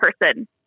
person